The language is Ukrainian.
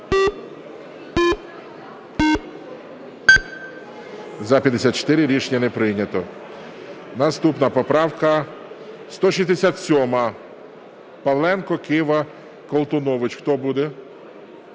За-54 Рішення не прийнято. Наступна поправка 167. Павленко, Кива, Колтунович. Хто буде?